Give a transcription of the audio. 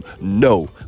no